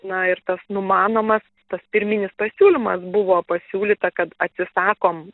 na ir tas numanomas tas pirminis pasiūlymas buvo pasiūlyta kad atsisakom